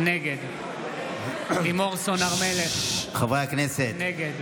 נגד לימור סון הר מלך, נגד